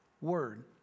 word